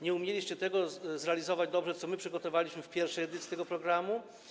Nie umieliście dobrze zrealizować tego, co my przygotowaliśmy w pierwszej edycji tego programu.